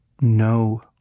no